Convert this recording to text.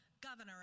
governor